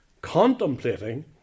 contemplating